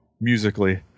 musically